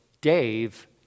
Dave